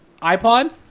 iPod